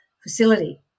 facility